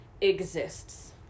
exists